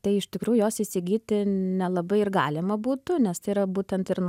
tai iš tikrųjų jos įsigyti nelabai ir galima būtų nes tai yra būtent ir